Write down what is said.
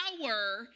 power